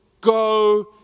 go